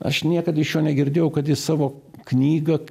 aš niekad iš jo negirdėjau kad jis savo knygą